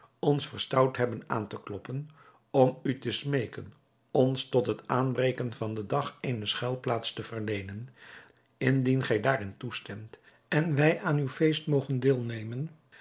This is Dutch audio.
ons verstout hebben aan te kloppen om u te smeeken ons tot het aanbreken van den dag eene schuilplaats te verleenen indien gij daarin toestemt en wij aan uw feest mogen deelnemen